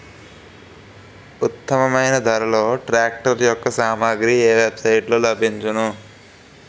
ఉత్తమమైన ధరలో ట్రాక్టర్ యెక్క సామాగ్రి ఏ వెబ్ సైట్ లో లభించును?